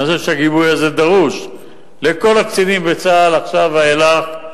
אני חושב שהגיבוי הזה דרוש לכל הקצינים בצה"ל מעכשיו ואילך,